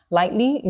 lightly